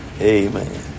Amen